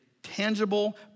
tangible